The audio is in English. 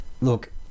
Look